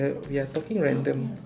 we're we are talking random